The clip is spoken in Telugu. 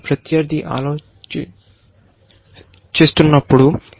ప్రత్యర్థి ఆలోచిస్తున్నప్పుడు ఇది